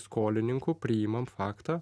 skolininkų priimam faktą